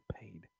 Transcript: paid